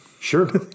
Sure